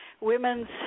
women's